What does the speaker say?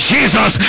Jesus